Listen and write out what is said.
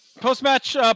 Post-match